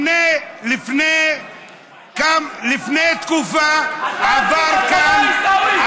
לפני תקופה עבר כאן, אתה עשית צבא, עיסאווי?